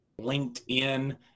LinkedIn